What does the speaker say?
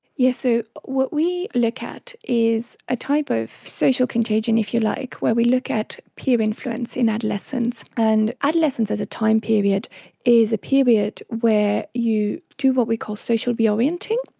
yes, so ah what we look at is a type of social contagion, if you like, where we look at peer influence in adolescents, and adolescence as a time period is a period where you do what we call social reorienting.